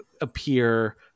appear